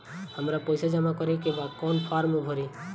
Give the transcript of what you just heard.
हमरा पइसा जमा करेके बा कवन फारम भरी?